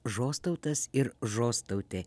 žostautas ir žostautaitė